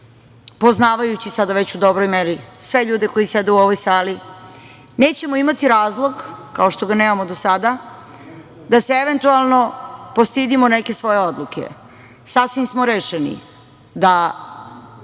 poznavajući sada već u dobroj meri sve ljude koji sede u ovoj sali, nećemo imati razlog kao što ga nemamo do sada, da se eventualno postidimo neke svoje odluke. Sasvim smo rešeni da